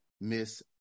Miss